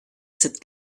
cette